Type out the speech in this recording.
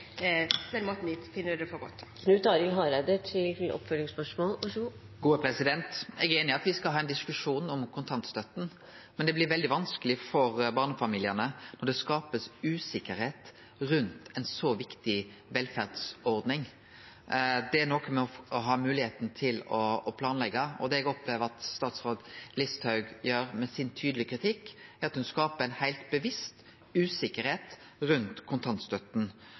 det for godt å gjøre. Eg er einig i at me skal ha ein diskusjon om kontantstøtta, men det blir veldig vanskeleg for barnefamiliane når det blir skapt usikkerheit rundt ei så viktig velferdsordning. Det handlar om moglegheita til å planleggje, og det eg opplever at statsråd Listhaug gjer med sin tydelege kritikk, er at ho skaper ei heilt bevisst usikkerheit rundt